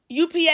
UPS